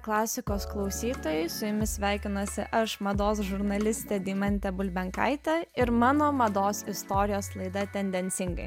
klasikos klausytojai su jumis sveikinuosi aš mados žurnalistė deimantė bulbenkaitė ir mano mados istorijos laida tendencingai